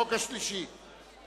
התשס"ט 2008, נתקבלה.